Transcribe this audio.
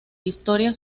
historia